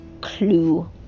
clue